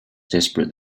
desperate